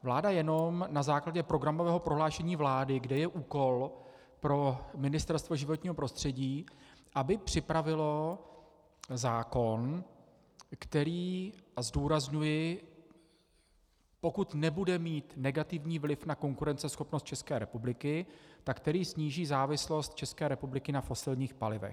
Vláda jenom na základě programového prohlášení vlády, kde je úkol pro Ministerstvo životního prostředí, aby připravilo zákon, který, a zdůrazňuji, pokud nebude mít negativní vliv na konkurenceschopnost České republiky, sníží závislost České republiky na fosilních palivech.